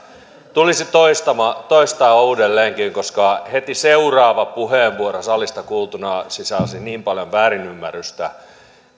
tulisi toistaa uudelleenkin koska heti seuraava puheenvuoro salista kuultuna sisälsi niin paljon väärinymmärrystä